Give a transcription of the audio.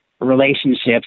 relationships